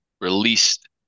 released